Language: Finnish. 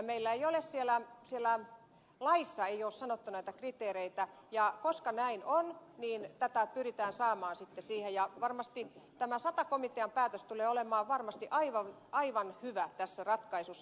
meillä ei ole siellä laissa sanottu näitä kriteereitä ja koska näin on niitä pyritään saamaan sitten siihen ja tämä sata komitean päätös tulee olemaan varmasti aivan hyvä tässä ratkaisussa